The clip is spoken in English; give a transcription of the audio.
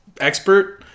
Expert